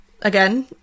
again